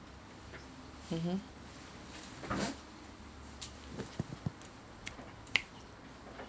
mmhmm